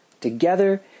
Together